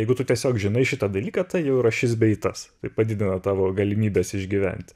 jeigu tu tiesiog žinai šitą dalyką tai jau yra šis bei tas tai padidina tavo galimybes išgyventi